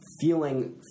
feeling